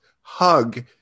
hug